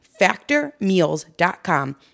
factormeals.com